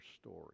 story